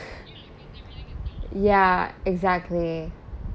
ya exactly